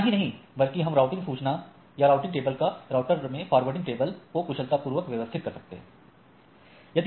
इतना ही नहीं बल्कि हम राउटिंग सूचना या राउटिंग टेबल या राउटर में फॉरवर्डिंग टेबल को कुशलता पूर्वक व्यवस्थित कर सकते हैं